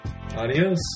adios